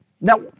Now